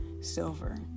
silver